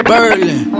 Berlin